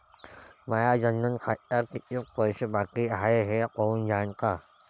माया जनधन खात्यात कितीक पैसे बाकी हाय हे पाहून द्यान का?